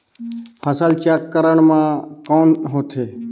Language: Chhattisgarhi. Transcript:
फसल चक्रण मा कौन होथे?